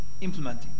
implementing